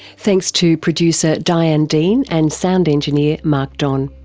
thanks to producer diane dean and sound engineer mark don.